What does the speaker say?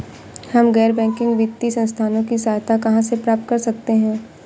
हम गैर बैंकिंग वित्तीय संस्थानों की सहायता कहाँ से प्राप्त कर सकते हैं?